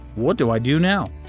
what do i do now?